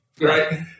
right